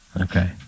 Okay